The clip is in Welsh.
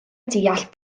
deall